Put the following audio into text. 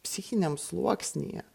psichiniam sluoksnyje